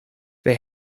they